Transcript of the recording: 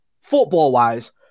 Football-wise